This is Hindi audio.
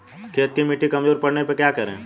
खेत की मिटी कमजोर पड़ने पर क्या करें?